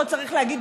פה צריך להגיד,